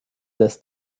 lässt